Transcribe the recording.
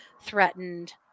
threatened